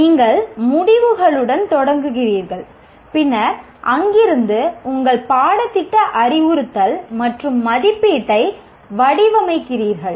நீங்கள் முடிவுகளுடன் தொடங்குகிறீர்கள் பின்னர் அங்கிருந்து உங்கள் பாடத்திட்ட அறிவுறுத்தல் மற்றும் மதிப்பீட்டை வடிவமைக்கிறீர்கள்